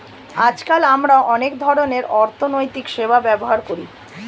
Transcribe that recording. আজকাল আমরা অনেক ধরনের অর্থনৈতিক সেবা ব্যবহার করি